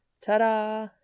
Ta-da